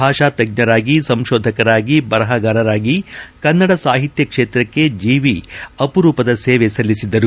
ಭಾಷಾ ತಜ್ಜರಾಗಿ ಸಂತೋಧಕರಾಗಿ ಬರಹಗಾರರಾಗಿ ಕನ್ನಡ ಸಾಹಿತ್ಯ ಕ್ಷೇತ್ರಕ್ಷೆ ಜೀವಿ ಅಪರೂಪದ ಸೇವೆ ಸಲ್ಲಿಸಿದ್ದರು